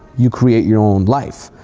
you create your own life.